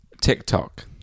TikTok